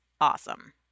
awesome